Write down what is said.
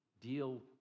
Deal